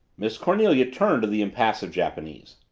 miss cornelia turned to the impassive japanese.